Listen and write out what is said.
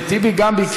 גם אחמד טיבי ביקש.